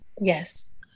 Yes